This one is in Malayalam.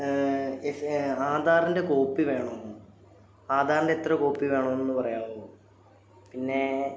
ആധാറിൻ്റെ കോപ്പി വേണോന്ന് ആധാറിൻ്റെ എത്ര കോപ്പി വേണമെന്ന് ഒന്ന് പറയാവോ പിന്നെ